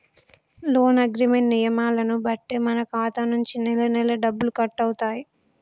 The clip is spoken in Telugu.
లోన్ అగ్రిమెంట్ నియమాలను బట్టే మన ఖాతా నుంచి నెలనెలా డబ్బులు కట్టవుతాయి